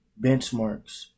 Benchmarks